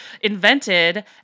Invented